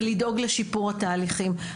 ולדאוג לשיפור התהליכים,